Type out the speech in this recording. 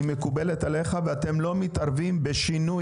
היא מקובלת עליך ואתם לא מתערבים בשינוי